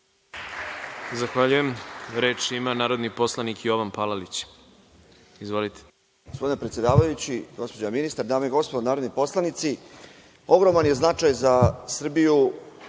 Zahvaljujem. Reč ima narodni poslanik Jovan Palalić. Izvolite.